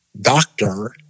doctor